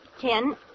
ten